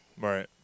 Right